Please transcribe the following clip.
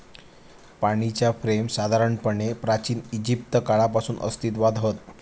पाणीच्या फ्रेम साधारणपणे प्राचिन इजिप्त काळापासून अस्तित्त्वात हत